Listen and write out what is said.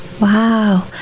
wow